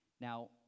Now